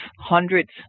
hundreds